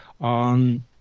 on